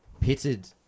pitted